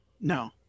No